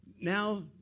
now